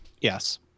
Yes